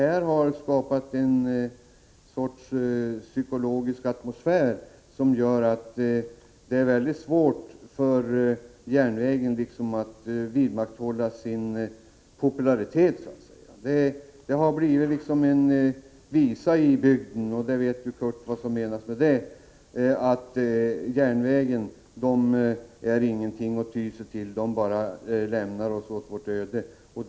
Det har skapat ett slags psykologisk atmosfär, som innebär att det är svårt att vidmakthålla järnvägens popularitet. Det har blivit en visa i bygden — Curt Boström vet vad som menas med det — att järnvägen inte är någonting att ty 15 sig till, eftersom den bara lämnar människorna åt deras öde.